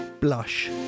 Blush